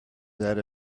that